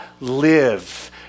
live